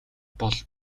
бол